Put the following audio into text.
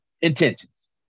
Intentions